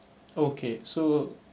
okay so